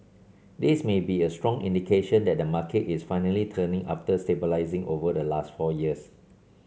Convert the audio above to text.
this may be a strong indication that the market is finally turning after stabilising over the last four years